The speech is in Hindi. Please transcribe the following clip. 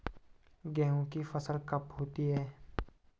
गेहूँ की फसल कब होती है?